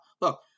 look